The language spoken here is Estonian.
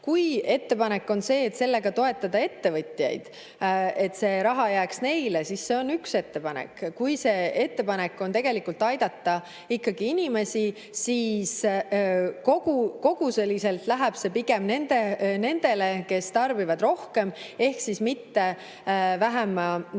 Kui ettepanek on see, et sellega toetada ettevõtjaid, et see raha jääks neile, siis see on üks ettepanek. Kui see ettepanek on tegelikult aidata ikkagi inimesi, siis koguseliselt läheb see pigem nendele, kes tarbivad rohkem ehk mitte vähema